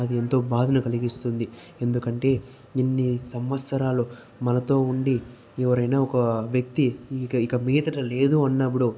అది ఎంతో బాధను కలిగిస్తుంది ఎందుకంటే ఇన్ని సంవత్సరాలు మనతో ఉండి ఎవరైనా ఒక వ్యక్తి ఇక ఇక మీదట లేదు అన్నప్పుడు